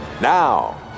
now